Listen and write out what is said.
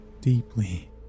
deeply